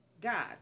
God